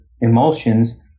emulsions